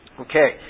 Okay